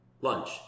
lunch